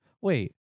wait